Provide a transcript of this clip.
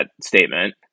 statement